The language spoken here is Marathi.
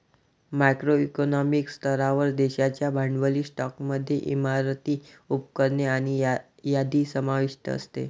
मॅक्रो इकॉनॉमिक स्तरावर, देशाच्या भांडवली स्टॉकमध्ये इमारती, उपकरणे आणि यादी समाविष्ट असते